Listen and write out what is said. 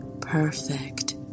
perfect